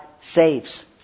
saves